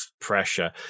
pressure